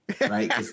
right